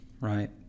right